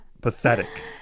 Pathetic